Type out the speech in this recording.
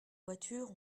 voiture